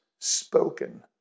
spoken